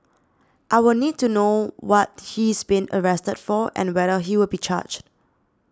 I will need to know what he's been arrested for and whether he will be charged